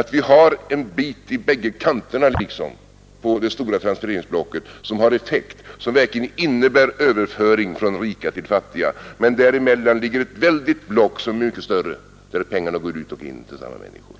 I båda kanterna på det stora transfereringsblocket finns en bit som har effekt och verkligen innebär överföring från rika till fattiga, men däremellan ligger ett väldigt block, som är mycket större och där pengar går ut och in till samma människor.